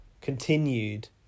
continued